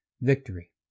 victory